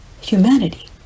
humanity